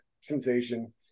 sensation